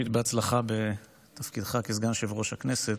ראשית, בהצלחה בתפקידך כסגן יושב-ראש הכנסת.